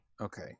Okay